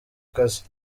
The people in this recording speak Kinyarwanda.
kazi